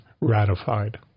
ratified